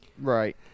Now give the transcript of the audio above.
Right